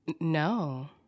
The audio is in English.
no